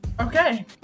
okay